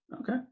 Okay